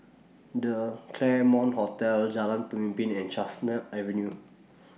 The Claremont Hotel Jalan Pemimpin and Chestnut Avenue